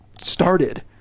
started